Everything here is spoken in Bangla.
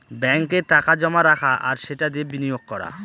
ব্যাঙ্কে টাকা জমা রাখা আর সেটা দিয়ে বিনিয়োগ করা